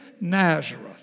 Nazareth